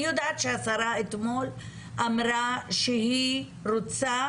אני יודעת שהשרה אתמול אמרה שהיא רוצה